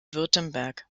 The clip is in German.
württemberg